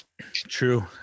True